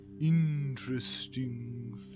interesting